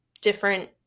different